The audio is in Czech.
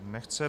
Nechce.